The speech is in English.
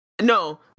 No